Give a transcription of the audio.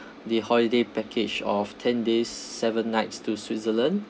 the holiday package of ten days seven nights to switzerland